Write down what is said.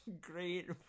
great